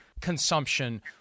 consumption